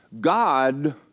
God